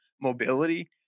mobility